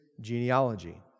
genealogy